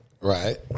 Right